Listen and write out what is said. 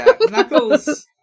Knuckles